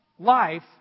Life